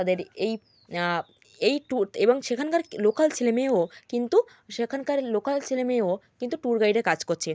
তাদের এই এই টুত এবং সেখানকার লোকাল ছেলে মেয়েও কিন্তু সেখানকার লোকাল ছেলে মেয়েও কিন্তু টুর গাইডে কাজ করছে